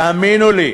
תאמינו לי.